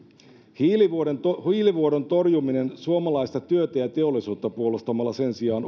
hiilivuodon torjuminen suomalaista työtä ja teollisuutta puolustamalla sen sijaan